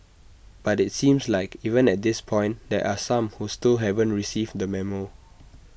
but IT seems like even at this point there are some who still haven't received the memo